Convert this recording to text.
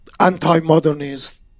anti-modernist